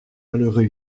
malheureux